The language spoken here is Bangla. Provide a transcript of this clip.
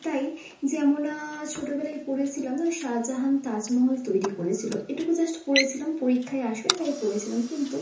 তাই যেমন ছোটবেলায় পড়েছিলাম না শাহজাহান তাজমহল তৈরি করেছিল এটুকু জাস্ট পড়েছিলাম পরীক্ষায় আসবে তাই পড়েছিলাম কিন্তু